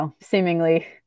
seemingly